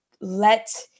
let